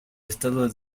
estado